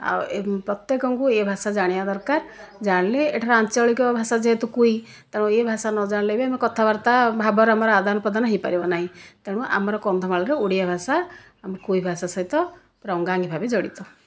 ଆଉ ପ୍ରତ୍ୟେକଙ୍କୁ ଏ ଭାଷା ଜାଣିବା ଦରକାର ଜାଣିଲେ ଏଠାରେ ଆଞ୍ଚଳିକ ଭାଷା ଯେହେତୁ କୁଇ ତେଣୁ ଏହି ଭାଷା ନ ଜାଣିଲେ ବି ଆମେ କଥାବାର୍ତ୍ତା ଭାବର ଆମର ଆଦାନ ପ୍ରଦାନ ହୋଇପାରିବ ନାହିଁ ତେଣୁ ଆମର କନ୍ଧମାଳରେ ଓଡ଼ିଆ ଭାଷା ଆମ କୁଇ ଭାଷା ସହିତ ପୁରା ଅଙ୍ଗାଅଙ୍ଗୀ ଭାବେ ଜଡ଼ିତ